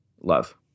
Love